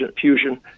fusion